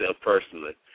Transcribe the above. personally